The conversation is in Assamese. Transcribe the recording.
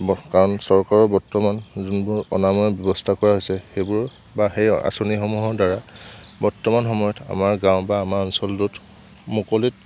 কাৰণ চৰকাৰৰ বৰ্তমান যোনবোৰ অনাময় ব্যৱস্থা কৰা হৈছে সেইবোৰ বা সেই আঁচনিসমূহৰ দ্বাৰা বৰ্তমান সময়ত আমাৰ গাঁও বা আমাৰ অঞ্চলটোত মুকলিত